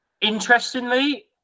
interestingly